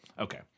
Okay